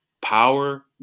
power